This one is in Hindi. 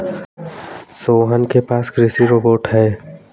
सोहन के पास कृषि रोबोट है